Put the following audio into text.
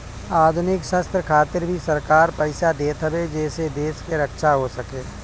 आधुनिक शस्त्र खातिर भी सरकार पईसा देत हवे जेसे देश के रक्षा हो सके